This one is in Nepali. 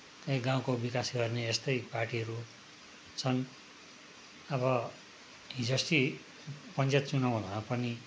कहीँ गाउँको विकास गर्ने यस्तै पार्टीहरू छन् अब हिजो अस्ति पञ्चायत चुनाउ हुँदा पनि